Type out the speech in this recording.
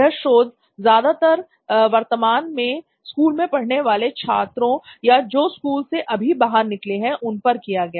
यह शोध ज्यादातर वर्तमान में स्कूल में पढ़ने वाले छात्रों या जो स्कूल से अभी बाहर निकले हैं उन पर किया गया